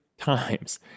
times